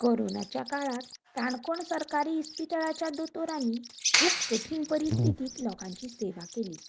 कोरोनाच्या काळांत काणकोण सरकारी इस्पितळाच्या दोतोरांनी खूब कठीण परिस्थितींत लोकांची सेवा केली